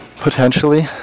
Potentially